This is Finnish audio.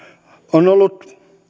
on ollut